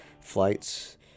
flights